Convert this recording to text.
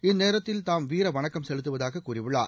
இந்நேரத்தில் தாம் வீரவணக்கம் செலுத்துவதாக கூறியுள்ளார்